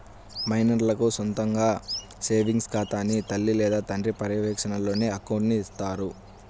మైనర్లకు సొంతగా సేవింగ్స్ ఖాతాని తల్లి లేదా తండ్రి పర్యవేక్షణలోనే అకౌంట్ని ఇత్తారు